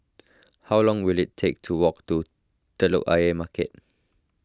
how long will it take to walk to Telok Ayer Market